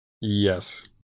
yes